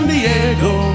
Diego